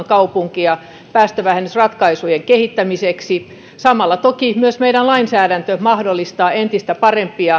kaupunkia päästövähennysratkaisujen kehittämiseksi samalla toki myös meidän lainsäädäntömme mahdollistaa entistä parempien